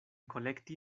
kolekti